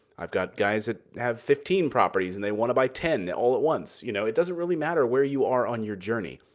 i've got guys that have fifteen properties, and they want to buy ten all at once. you know it doesn't really matter where you are on your journey,